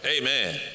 Amen